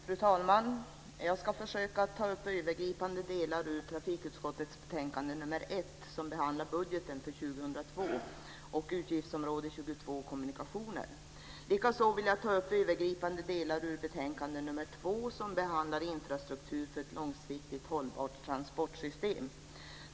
Fru talman! Jag ska försöka ta upp övergripande delar ur trafikutskottets betänkande nr 1, som behandlar budgeten för 2002 och utgiftsområde 22 Likaså vill jag ta upp övergripande delar ur betänkande nr 2, som behandlar infrastruktur för ett långsiktigt hållbart transportsystem.